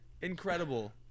Incredible